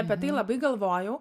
apie tai labai galvojau